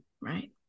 Right